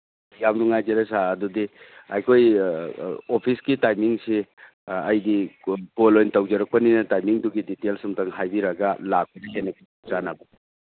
ꯌꯥꯝ ꯅꯨꯡꯉꯥꯏꯖꯔꯦ ꯁꯥꯔ ꯑꯗꯨꯗꯤ ꯑꯩꯈꯣꯏ ꯑꯣꯐꯤꯁꯀꯤ ꯇꯥꯏꯃꯤꯡꯁꯤ ꯑꯩꯗꯤ ꯀꯣꯜ ꯑꯣꯏꯅ ꯇꯧꯖꯔꯛꯄꯅꯤꯅ ꯇꯥꯏꯃꯤꯡꯗꯨꯒꯤ ꯗꯤꯇꯦꯜꯁ ꯑꯃꯇꯪ ꯍꯥꯏꯕꯤꯔꯒ ꯂꯥꯛꯄꯗ ꯍꯦꯟꯅ ꯈꯨꯗꯣꯡꯆꯥꯅꯕ